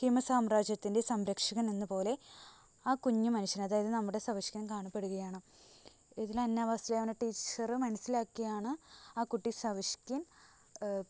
ഹിമസാമ്രാജ്യത്തിൻ്റെ സംരക്ഷകൻ എന്നപോലെ ആ കുഞ്ഞു മനുഷ്യൻ അതായത് നമ്മുടെ സവിഷ്കിൻ കാണപ്പെടുകയാണ് ഇതില് അന്നാവാസ്ലിവ്ന ടീച്ചര് മനസ്സിലാക്കിയാണ് ആ കുട്ടി സവിഷ്കിൻ